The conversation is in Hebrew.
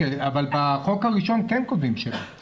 אבל בחוק הראשון כן כותבים שם.